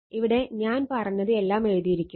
ഇവിടെ ഞാൻ പറഞ്ഞത് എല്ലാം എഴുതിയിരിക്കുന്നു